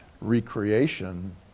recreation